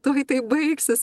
tuoj tai baigsis